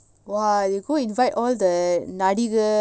!wah! you go invite all the நடிகர்:nadikar